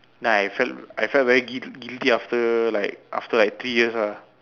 then I felt I felt very guil~ guilty after like after three years ah